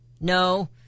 No